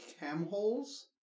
Camholes